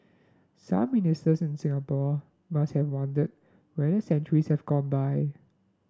some Ministers in Singapore must have wondered where centuries have gone by